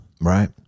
Right